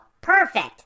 perfect